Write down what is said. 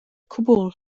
cwbl